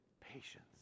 patience